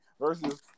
versus